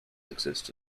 exist